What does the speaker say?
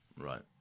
right